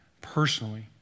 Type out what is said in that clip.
personally